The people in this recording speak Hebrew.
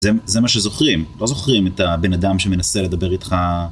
זה מה שזוכרים לא זוכרים את הבן אדם שמנסה לדבר איתך.